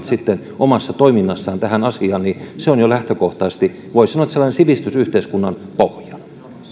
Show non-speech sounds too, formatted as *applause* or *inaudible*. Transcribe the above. *unintelligible* sitten omassa toiminnassaan tähän asiaan on jo lähtökohtaisesti voisi sanoa sellainen sivistysyhteiskunnan pohja